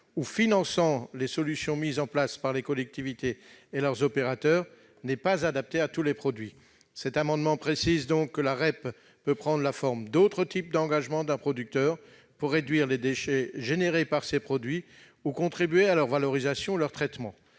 ou finançant les solutions mises en place par les collectivités et leurs opérateurs, n'est pas adapté à tous les produits. Cet amendement a donc pour objet de préciser que la REP peut prendre la forme d'autres types d'engagement d'un producteur, pour réduire les déchets liés à ses produits ou contribuer à leur valorisation ou à leur traitement.